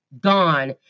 gone